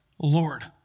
Lord